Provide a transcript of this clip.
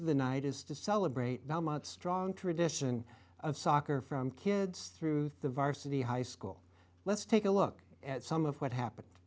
of the night is to celebrate how much strong tradition of soccer from kids through the varsity high school let's take a look at some of what happened